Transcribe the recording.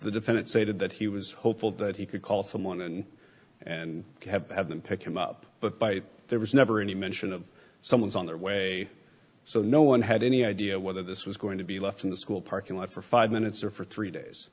the defendant stated that he was hopeful that he could call someone and and have them pick him up but by there was never any mention of someone's on their way so no one had any idea whether this was going to be left in the school parking lot for five minutes or for three days